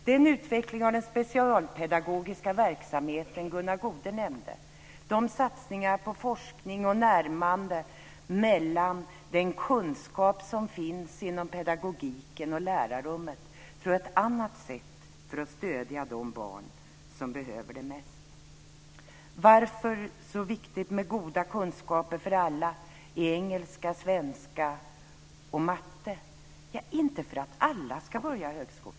Den utveckling av den specialpedagogiska verksamheten som Gunnar Goude nämnde, satsningar på forskning och närmanden mellan den kunskap som finns inom pedagogiken och i lärarrummet tror jag är ett annat sätt att stödja de barn som behöver det mest. Varför är det så viktigt med goda kunskaper för alla i engelska, svenska och matte? Det är inte därför att alla ska börja i högskolan.